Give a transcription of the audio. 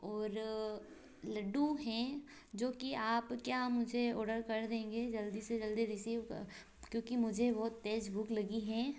और लड्डू हैं जो कि आप क्या मुझे ऑर्डर कर देंगे जल्दी से जल्दी रिसिव क्योंकि मुझे बहुत तेज़ भूख लगी है